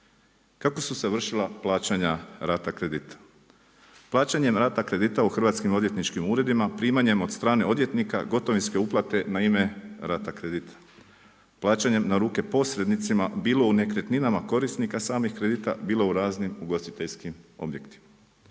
Kako su se vršila plaćanja rata kredita? Plaćanjem rata kredita u hrvatskim odvjetničkim uredima, primanjem od strane odvjetnika, gotovinske uplate na ime rata kredita. Plaćanjem na ruke posrednicima, bilo u nekretninama korisnika samih kredita bilo u raznim ugostiteljskim objektima.